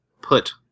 put